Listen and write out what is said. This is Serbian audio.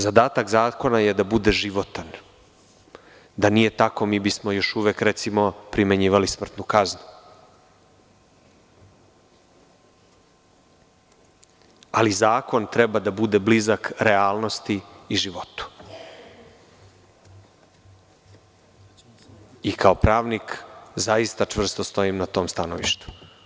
Zadatak zakona je da bude životan, da nije tako mi bismo još uvek, recimo, primenjivali smrtnu kaznu, ali zakon treba da bude blizak realnosti i životu i kao pravnik zaista čvrsto stojim na tom stanovištu.